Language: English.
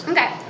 Okay